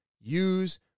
use